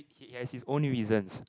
he has his own reasons